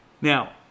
Now